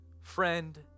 Friend